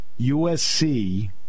USC